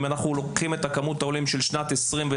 אם אנחנו לוקחים את כמות העולים של שנת 2021,